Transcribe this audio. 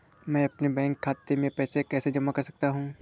मैं अपने बैंक खाते में पैसे कैसे जमा कर सकता हूँ?